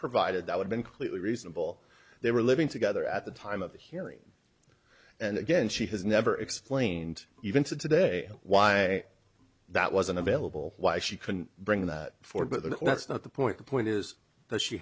provided that would been clearly reasonable they were living together at the time of the hearing and again she has never explained even to today why that wasn't available why she couldn't bring that before but that's not the point the point is that